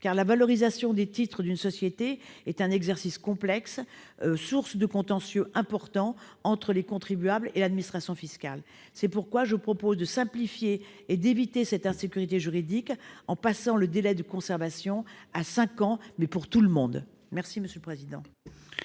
car la valorisation des titres d'une société est un exercice complexe, source de contentieux importants entre les contribuables et l'administration fiscale. C'est pourquoi il est proposé de simplifier, afin d'éviter cette insécurité juridique, en passant le délai de conservation à cinq ans, quelle que soit la nature